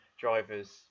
drivers